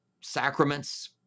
sacraments